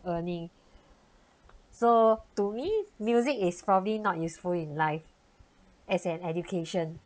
earning so to me music is probably not useful in life as an education